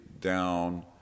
down